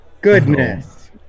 Goodness